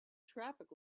traffic